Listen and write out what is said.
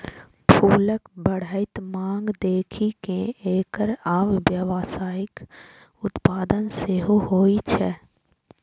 फूलक बढ़ैत मांग देखि कें एकर आब व्यावसायिक उत्पादन सेहो होइ छै